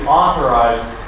authorized